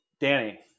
danny